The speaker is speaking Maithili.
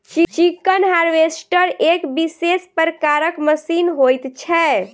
चिकन हार्वेस्टर एक विशेष प्रकारक मशीन होइत छै